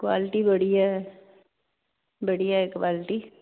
quality ਬੜੀਆ ਬੜੀਆ ਐ ਕੁਆਲਿਟੀ